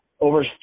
over